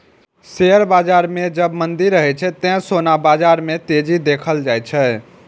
share बाजार मे जब मंदी रहै छै, ते सोना बाजार मे तेजी देखल जाए छै